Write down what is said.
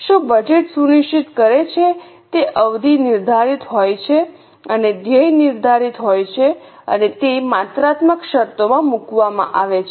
શું બજેટ સુનિશ્ચિત કરે છે તે અવધિ નિર્ધારિત હોય છે અને ધ્યેય નિર્ધારિત હોય છે અને તે માત્રાત્મક શરતોમાં મૂકવામાં આવે છે